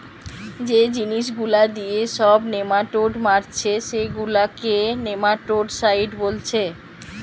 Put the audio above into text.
যে জিনিস গুলা দিয়ে সব নেমাটোড মারছে সেগুলাকে নেমাটোডসাইড বোলছে